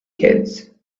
kids